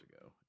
ago